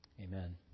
Amen